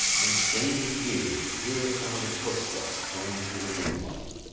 and strained his ears to hear a sound of footsteps coming through the moonlight.